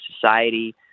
society